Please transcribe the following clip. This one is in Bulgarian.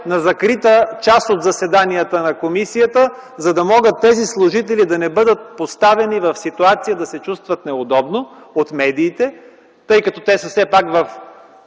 на закрита част от заседанията на комисията, за да могат тези служители да не бъдат поставени в ситуация да се чувстват неудобно от медиите, тъй като те са в